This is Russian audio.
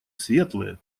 светлые